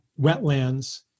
wetlands